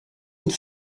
une